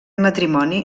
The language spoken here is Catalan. matrimoni